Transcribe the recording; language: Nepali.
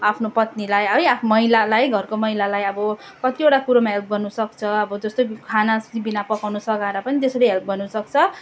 आफ्नो पत्नीलाई है महिलालाई घरको महिलालाई अब कतिवटा कुरोमा हेल्प गर्नु सक्छ अब जस्तै खाना पिना पकाउनु सघाएर पनि त्यसरी हेल्प गर्नु सक्छ